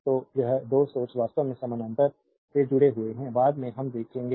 तो यह दो सोर्स वास्तव में समानांतर में जुड़े हुए हैं बाद में हम देखेंगे